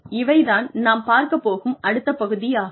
இவை தான் நாம் பார்க்கப் போகும் அடுத்த பகுதியாகும்